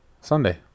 Sunday